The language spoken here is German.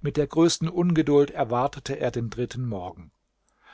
mit der größten ungeduld erwartete er den dritten morgen